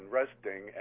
resting